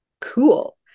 Cool